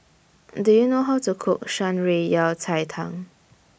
Do YOU know How to Cook Shan Rui Yao Cai Tang